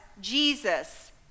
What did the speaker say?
Jesus